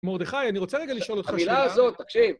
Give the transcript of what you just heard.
מרדכי, אני רוצה רגע לשאול אותך שאלה. המילה הזאת, תקשיב.